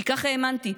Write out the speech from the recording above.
כי ככה האמנתי.